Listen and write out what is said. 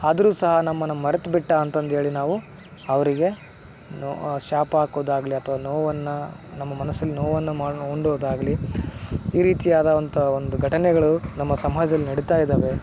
ಆದರೂ ಸಹ ನಮ್ಮನ್ನು ಮರೆತ್ಬಿಟ್ಟ ಅಂತಂದು ಹೇಳಿ ನಾವು ಅವರಿಗೆ ನು ಶಾಪ ಹಾಕೋದಾಗ್ಲಿ ಅಥವಾ ನೋವನ್ನು ನಮ್ಮ ಮನಸ್ಸಲ್ಲಿ ನೋವನ್ನು ಮಾಡಿ ಉಣ್ಣೋದಾಗ್ಲಿ ಈ ರೀತಿಯಾದಂಥ ಒಂದು ಘಟನೆಗಳು ನಮ್ಮ ಸಮಾಜ್ದಲ್ಲಿ ನಡಿತಾ ಇದ್ದಾವೆ